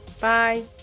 bye